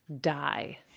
die